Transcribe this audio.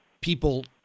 people